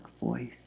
voice